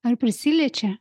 ar prisiliečia